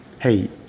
Hey